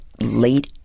late